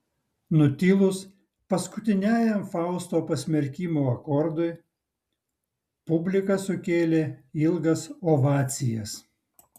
nutilus paskutiniajam fausto pasmerkimo akordui publika sukėlė ilgas ovacijas